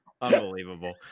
Unbelievable